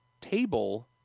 table